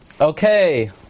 Okay